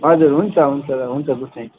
हजुर हुन्छ हुन्छ हुन्छ गुड नाइट